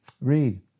Read